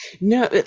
no